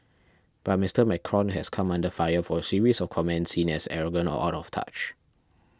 but Mister Macron has come under fire for a series of comments seen as arrogant or out of touch